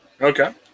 Okay